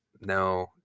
No